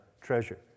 treasure